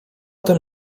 tym